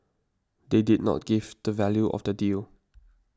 they did not give the value of the deal